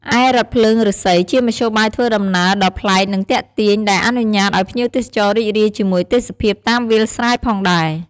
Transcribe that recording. ឯរថភ្លើងឫស្សី ជាមធ្យោបាយធ្វើដំណើរដ៏ប្លែក និងទាក់ទាញ ដែលអនុញ្ញាតឲ្យភ្ញៀវទេសចររីករាយជាមួយទេសភាពតាមវាលស្រែផងដែរ។